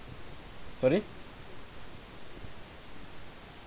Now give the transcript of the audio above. sorry